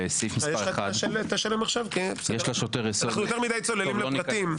בסעיף מס' 1. יש לשוטר יסוד --- אנחנו יותר מדי צוללים לפרטים.